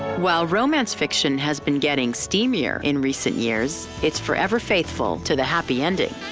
while romance fiction has been getting steamier in recent years, it's forever faithful to the happy ending.